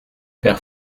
père